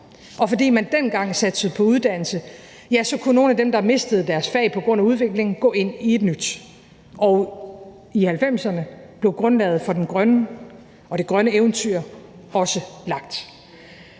og fordi man dengang satsede på uddannelse, kunne nogle af dem, der mistede deres fag på grund af udviklingen, gå ind i et nyt, og i 1990'erne blev grundlaget for det grønne eventyr også lagt.